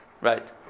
Right